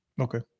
Okay